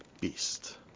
beast